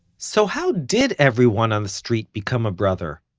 so how did everyone on the street become a brother?